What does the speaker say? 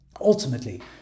ultimately